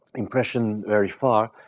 impression very far.